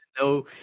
no